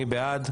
מי בעד?